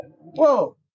Whoa